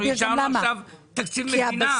אנחנו אישרנו עכשיו תקציב מדינה.